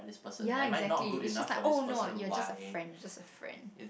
ya exactly it's just like oh no you're just a friend you're just a friend